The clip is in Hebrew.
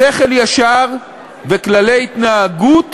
שכל ישר וכללי התנהגות